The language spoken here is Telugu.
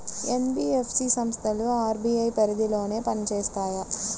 ఎన్.బీ.ఎఫ్.సి సంస్థలు అర్.బీ.ఐ పరిధిలోనే పని చేస్తాయా?